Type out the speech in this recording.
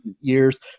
years